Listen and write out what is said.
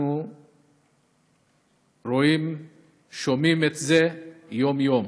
אנחנו רואים ושומעים את זה יום-יום.